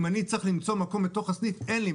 אם אני צריך למצוא מקום בתוך הסניף אין לי.